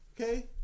Okay